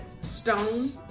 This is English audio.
stone